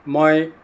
মই